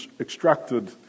extracted